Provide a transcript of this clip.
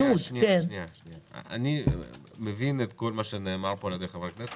אני מבין את כל מה שנאמר פה על ידי חברי הכנסת,